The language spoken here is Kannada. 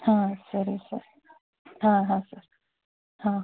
ಹಾಂ ಸರಿ ಸರ್ ಹಾಂ ಹಾಂ ಸರ್ ಹಾಂ